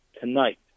tonight